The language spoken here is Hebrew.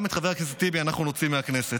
גם את חבר הכנסת טיבי אנחנו נוציא מהכנסת.